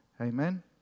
Amen